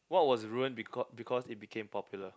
what was ruined becau~ because it became popular